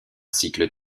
cycle